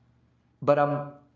but, i'm